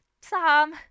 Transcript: Sam